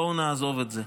בואו נעזוב את זה.